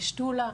בשתולה,